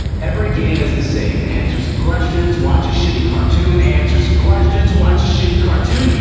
every game is the same. answer some questions, watch a shitty cartoon, answer some questions, watch a shitty cartoon,